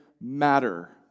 matter